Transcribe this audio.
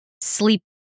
sleep